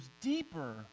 deeper